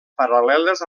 paral·leles